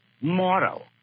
moral